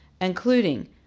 including